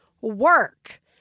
work